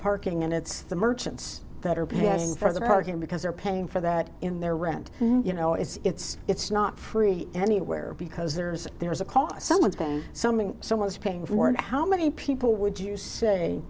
parking and it's the merchants that are paying for the parking because they're paying for that in their rent you know it's it's not free anywhere because there's there is a call someone's been something someone is paying for and how many people would you say